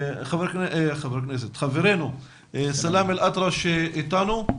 חברנו סלאמה אלאטרש איתנו?